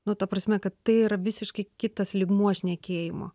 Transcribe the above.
nu ta prasme kad tai yra visiškai kitas lygmuo šnekėjimo